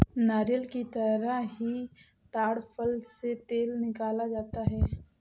नारियल की तरह ही ताङ फल से तेल निकाला जाता है